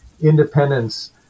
independence